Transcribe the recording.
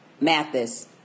Mathis